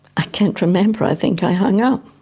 i can't remember, i think i hung up.